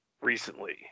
recently